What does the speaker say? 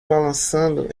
balançando